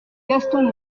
gaston